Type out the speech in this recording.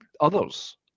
others